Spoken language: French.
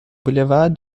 boulevard